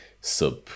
sub